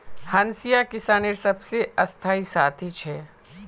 हंसिया किसानेर सबसे स्थाई साथी छे